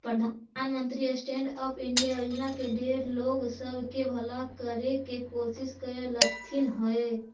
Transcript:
प्रधानमंत्री stand up India योजना से ढेर लोग सब के भला करे के कोशिश कयलथिन हे